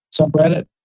subreddit